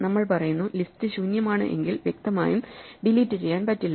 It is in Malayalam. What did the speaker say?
നമ്മൾ പറയുന്നു ലിസ്റ്റ് ശൂന്യമാണ് എങ്കിൽ വ്യക്തമായും ഡിലീറ്റ് ചെയ്യാൻ പറ്റില്ല